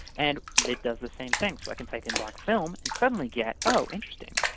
and it does the same thing. so i can type in black film and suddenly get oh! interesting.